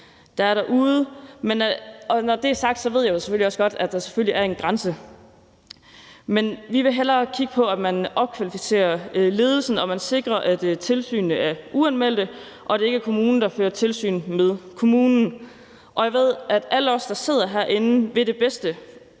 der er derude. Når det er sagt, ved jeg selvfølgelig også godt, at der selvfølgelig er en grænse, men vi vil hellere kigge på, at man opkvalificerer ledelsen, at man sikrer, at tilsynene er uanmeldte, og at det ikke er kommunen, der fører tilsyn med kommunen. Jeg ved, at alle os, der sidder herinde, vil det bedste